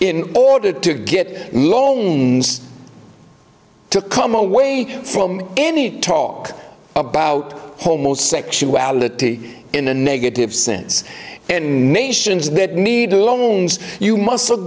in order to get loans to come away from any talk about homosexuality in a negative sense and nations that need loans you mus